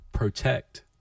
protect